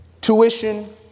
tuition